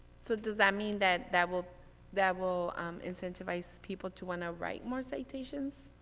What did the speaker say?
so does that mean that that will that will incentivize people to want to write more citations?